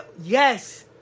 yes